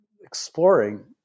exploring